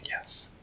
yes